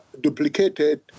duplicated